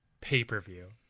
Pay-per-view